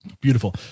Beautiful